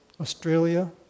Australia